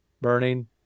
burning